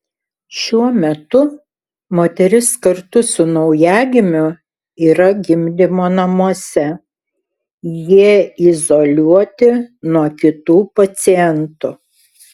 šiuo metu moteris kartu su naujagimiu yra gimdymo namuose jie izoliuoti nuo kitų pacientų